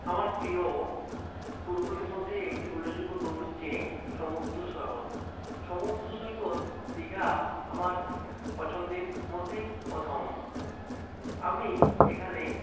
আমার প্রিয় ট্যুরগুলির মধ্যে একটি উল্লেখযোগ্য ট্যুর হচ্ছে সমুদ্র শহর সমুদ্র সৈকত দীঘা আমার পছন্দের মধ্যে প্রথম আমি এখানে